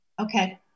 Okay